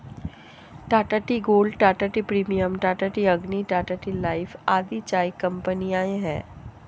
Tata tea gold, Tata tea premium, Tata tea Agni, Tata tea life आदि चाय कंपनियां है